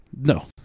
No